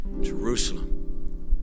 Jerusalem